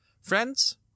Friends